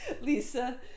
Lisa